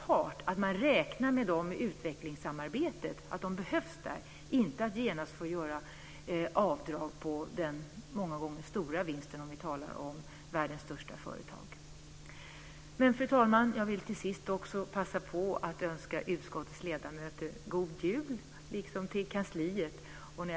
Det handlar alltså om att man räknar med dem i utvecklingssamarbetet - de behövs där - inte om att genast få göra avdrag på många gånger stora vinster om vi talar om världens största företag. Fru talman! Till sist vill också jag passa på att önska utskottets ledamöter och kansliet en god jul.